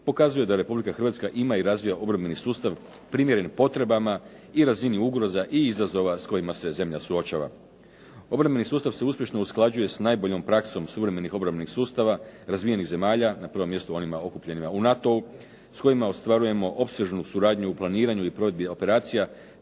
pokazuje da Republika Hrvatske i ma i razvija obrambeni sustav primjeren potrebama i razini ugroza i izazova s kojima se zemlja suočava. Obrambeni sustav se uspješno usklađuje sa najboljom praksom suvremenih obrambenih sustava, razvijenih zemalja, na prvom mjestu onima okupljenima u NATO-u s kojima ostvarujemo opsežnu suradnju u planiranju i provedbi operacija